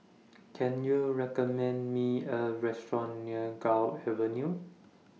Can YOU recommend Me A Restaurant near Gul Avenue